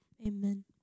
Amen